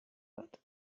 bat